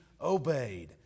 obeyed